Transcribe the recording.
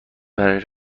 برای